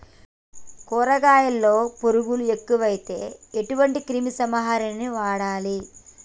కూరగాయలలో పురుగులు ఎక్కువైతే ఎటువంటి క్రిమి సంహారిణి వాడాలి?